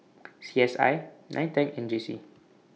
C S I NITEC and J C